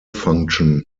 function